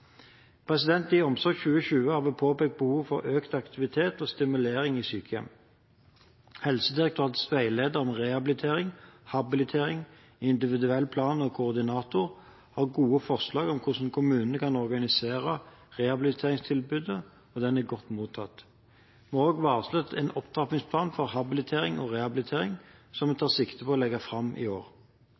I Omsorg 2020 har vi påpekt behovet for økt aktivitet og stimulering i sykehjem. Helsedirektoratets veileder om rehabilitering, habilitering, individuell plan og koordinator har gode forslag om hvordan kommunene kan organisere rehabiliteringstilbudet, og den er godt mottatt. Vi har også varslet en opptrappingsplan for habilitering og rehabilitering, som vi tar sikte på å legge fram i år.